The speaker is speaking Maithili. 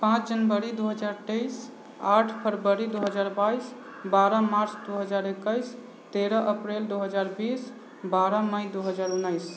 पाँच जनवरी दू हजार तेइस आठ फरवरी दू हजार बाइस बारह मार्च दू हजार एकैस तेरह अप्रैल दू हजार बीस बारह मइ दू हजार उनैस